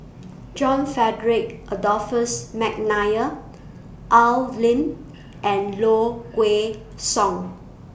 John Frederick Adolphus Mcnair Al Lim and Low Kway Song